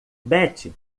betty